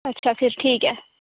अच्छा फिर ठीक ऐ